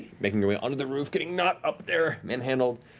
making your way onto the roof, getting nott up there, manhandled,